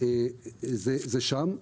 זה שם.